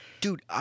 Dude